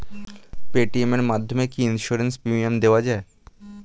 Paytm এর মাধ্যমে কি ইন্সুরেন্স প্রিমিয়াম দেওয়া যায়?